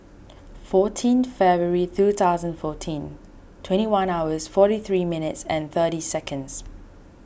fourteen February two thousand fourteen twenty one hours forty three minutes and thirty seconds